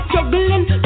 Juggling